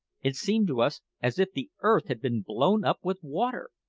it seemed to us as if the earth had been blown up with water.